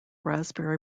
raspberry